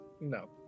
No